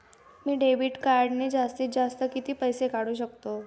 मी debit कार्डने जास्तीत जास्त किती पैसे काढू शकतो?